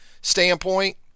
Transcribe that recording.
standpoint